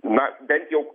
na bent jau